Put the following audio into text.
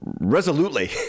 resolutely